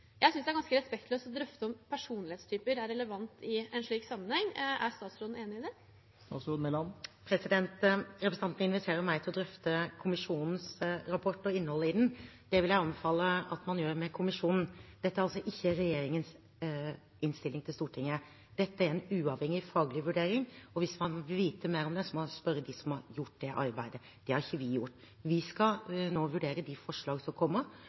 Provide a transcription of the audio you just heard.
Jeg synes det er ganske respektløst å drøfte om personlighetstyper er relevant i en slik sammenheng. Er statsråden enig i det? Representanten inviterer meg til å drøfte kommisjonens rapport og innholdet i den. Det vil jeg anbefale at man gjør med kommisjonen. Dette er altså ikke regjeringens innstilling til Stortinget. Dette er en uavhengig faglig vurdering, og hvis man vil vite mer om det, må man spørre dem som har gjort det arbeidet. Det har ikke vi gjort. Vi skal nå vurdere de forslagene som kommer,